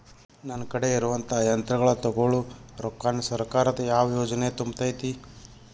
ನನ್ ಕಡೆ ಇರುವಂಥಾ ಯಂತ್ರಗಳ ತೊಗೊಳು ರೊಕ್ಕಾನ್ ಸರ್ಕಾರದ ಯಾವ ಯೋಜನೆ ತುಂಬತೈತಿ?